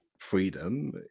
freedom